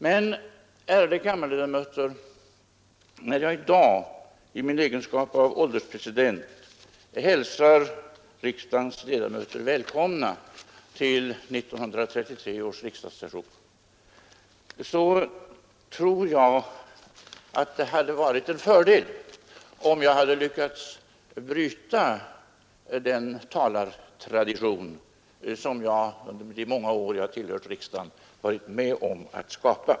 Men, ärade kammarledamöter, när jag i dag i min egenskap av ålderspresident hälsar er välkomna till 1973 års riksdag, tror jag det skulle ha varit till fördel om jag hade lyckats bryta den talartradition som jag under de många år jag tillhört riksdagen varit med om att skapa.